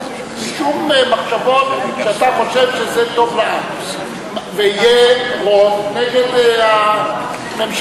משום מחשבות שאתה חושב שזה טוב לעם ויהיה רוב נגד הממשלה?